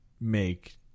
make